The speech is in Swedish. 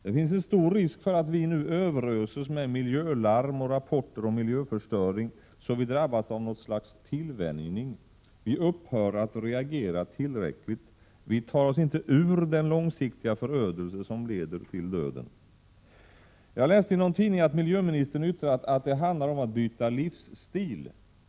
Det finns en stor risk för att vi nu överöses med miljölarm och rapporter om miljöförstöring så att vi drabbas av något slags tillvänjning. Vi upphör att reagera tillräckligt. Vi tar oss inte ur den långsiktiga förödelse som leder till döden. Jag läste i någon tidning att miljöministern yttrat att det handlar om att byta livsstil.